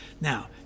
now